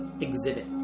exhibit